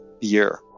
year